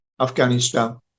Afghanistan